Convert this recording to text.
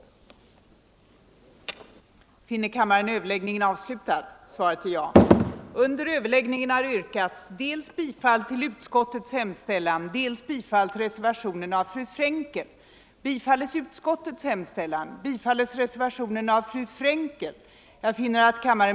tagande och ideellt engagemang Överläggningen var härmed slutad.